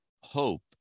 hope